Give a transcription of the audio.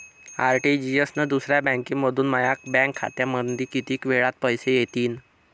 RTGS न दुसऱ्या बँकेमंधून माया बँक खात्यामंधी कितीक वेळातं पैसे येतीनं?